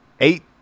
Eight